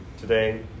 today